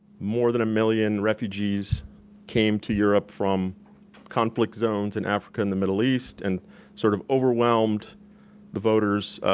more than a million refugees came to europe from conflict zones in africa and the middle east, and sort of overwhelmed the voters'